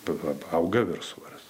tada auga viršsvoris